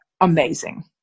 amazing